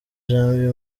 janvier